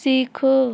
सीखो